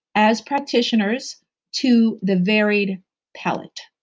as practitioners to the varied palate?